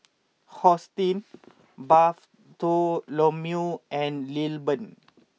Hosteen Bartholomew and Lilburn